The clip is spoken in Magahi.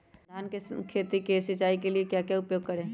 धान की खेती के लिए सिंचाई का क्या उपयोग करें?